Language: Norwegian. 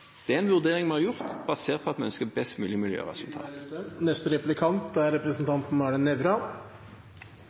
Det er en vurdering vi har gjort, basert på at vi ønsker best mulig